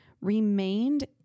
remained